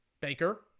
Baker